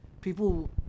people